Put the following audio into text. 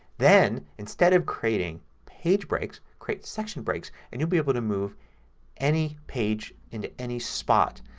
then instead of creating page breaks create section breaks. and you'll be able to move any page into any spot.